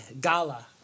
gala